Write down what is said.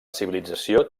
civilització